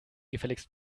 gefälligst